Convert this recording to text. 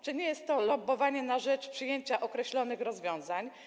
Czy nie jest to lobbowanie na rzecz przyjęcia określonych rozwiązań?